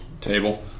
table